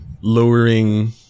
lowering